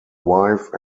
wife